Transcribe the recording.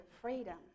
freedom